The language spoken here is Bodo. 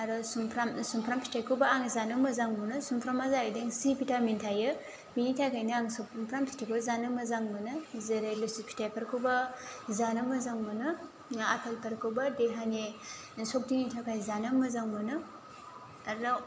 आरो सुमफ्राम सुमफ्राम फिथाइखौबो आं जानो मोजां मोनो सुमफ्रामा जाहैदों सि भिटामिन थायो बिनि थाखायनो आं सुमफ्राम फिथाइखौ जानो मोजां मोनो जेरै लिसु फिथाइफोरखौबो जानो मोजां मोनो आपेलफोरखौबो देहानि सक्तिनि थाखाय जानो मोजां मोनो आरो